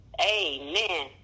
Amen